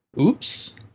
oops